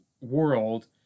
world